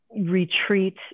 retreat